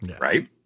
right